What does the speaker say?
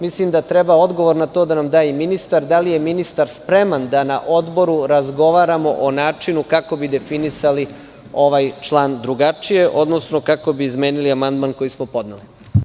Mislim da treba odgovor na to da nam da i ministar, da li je ministar spreman da na odboru razgovaramo o načinu kako bi definisali ovaj član drugačije, odnosno kako bi izmenili amandman koji smo podneli.